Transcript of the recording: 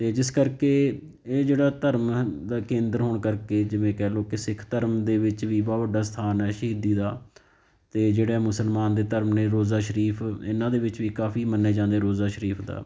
ਅਤੇ ਜਿਸ ਕਰਕੇ ਇਹ ਜਿਹੜਾ ਧਰਮਾਂ ਦਾ ਕੇਂਦਰ ਹੋਣ ਕਰਕੇ ਜਿਵੇਂ ਕਹਿ ਲਉ ਕਿ ਸਿੱਖ ਧਰਮ ਦੇ ਵਿੱਚ ਵੀ ਬਹੁਤ ਵੱਡਾ ਸਥਾਨ ਹੈ ਸ਼ਹੀਦੀ ਦਾ ਅਤੇ ਜਿਹੜਾ ਮੁਸਲਮਾਨ ਦੇ ਧਰਮ ਨੇ ਰੋਜ਼ਾ ਸ਼ਰੀਫ ਇਹਨਾਂ ਦੇ ਵਿੱਚ ਵੀ ਕਾਫ਼ੀ ਮੰਨੇ ਜਾਂਦੇ ਰੋਜ਼ਾ ਸ਼ਰੀਫ ਦਾ